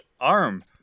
arm